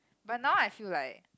but now I feel like